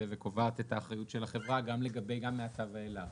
וקובעת את האחריות של החברה גם לגבי "מעתה ואילך",